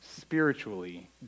spiritually